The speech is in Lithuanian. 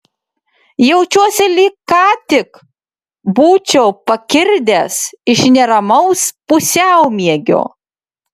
jaučiuosi lyg ką tik būčiau pakirdęs iš neramaus pusiaumiegio